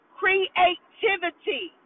creativity